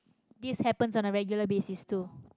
this happens on a regular basis too